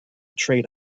trade